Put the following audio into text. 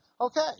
Okay